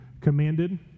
commanded